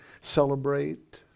celebrate